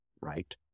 right